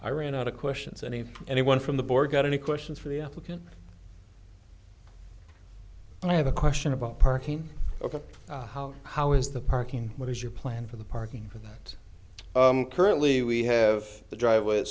i ran out of questions any anyone from the board got any questions for the applicant and i have a question about parking ok how how is the parking what is your plan for the parking that currently we have the driveway